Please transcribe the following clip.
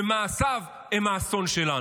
ומעשיו הם האסון שלנו.